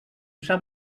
sap